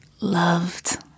loved